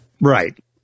right